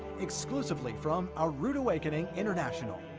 exclusively from a rood awakening international.